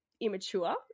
immature